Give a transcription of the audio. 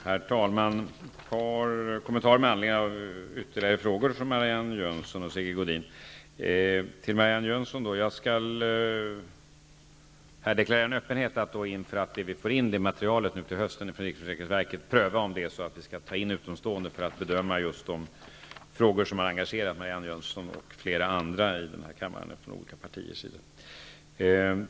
Herr talman! Jag vill göra ett par kommentarer med anledning av ytterligare frågor från Marianne Jag skall, Marianne Jönsson, deklarera en öppenhet för att vi, när vi till hösten får in materialet från riksförsäkringsverket, prövar om vi skall ta in utomstående för att bedöma just de frågor som har engagerat Marianne Jönsson och flera andra från olika partier i denna kammare.